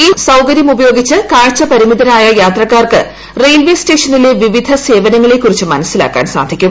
ഈ സൌകര്യം ഉപയോഗിച്ച് കാഴ്ചപരിമിതരായ യാത്രക്കാർക്ക് റെയിൽവേ സ്റ്റേഷനിലെ വിവിധ സേവനങ്ങളെക്കുറിച്ച് മനസ്സിലാക്കാൻ സാധിക്കും